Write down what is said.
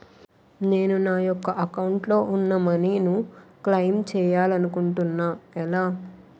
నేను నా యెక్క అకౌంట్ లో ఉన్న మనీ ను క్లైమ్ చేయాలనుకుంటున్నా ఎలా?